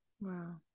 Wow